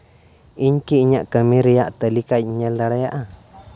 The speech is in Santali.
ᱤᱧ ᱠᱤ ᱤᱧᱟᱹᱜ ᱠᱟᱹᱢᱤ ᱨᱮᱭᱟᱜ ᱛᱟᱹᱞᱤᱠᱟᱧ ᱧᱮᱞ ᱫᱟᱲᱮᱭᱟᱜᱼᱟ